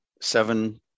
seven